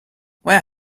where